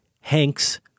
Hank's